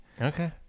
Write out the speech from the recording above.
okay